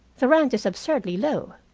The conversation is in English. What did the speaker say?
the rent is absurdly low.